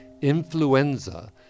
influenza